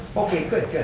good, good,